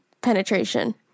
penetration